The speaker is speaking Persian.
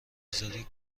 گذاری